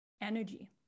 energy